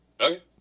Okay